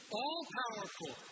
all-powerful